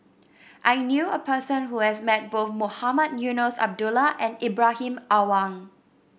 I knew a person who has met both Mohamed Eunos Abdullah and Ibrahim Awang